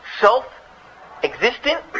self-existent